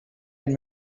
and